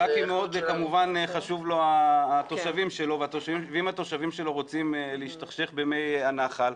לג'קי לוי חשובים התושבים שלו ואם התושבים שלו רוצים להשתכשך במי הנחל,